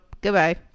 goodbye